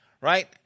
right